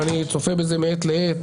ואני צופה בזה מעת לעת,